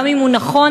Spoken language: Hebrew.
גם אם הוא נכון,